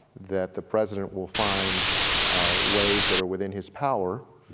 that the president will find ways that are within his power,